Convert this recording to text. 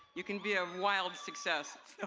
you can be a wild success.